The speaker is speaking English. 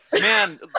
man